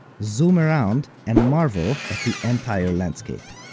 zoom around and marvel at the entire landscape.